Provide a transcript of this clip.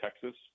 Texas